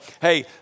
Hey